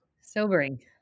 Sobering